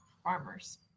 farmers